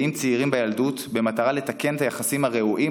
צעירים בילדות במטרה לתקן את היחסים הרעועים,